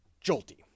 jolty